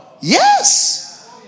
Yes